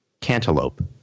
Cantaloupe